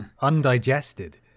Undigested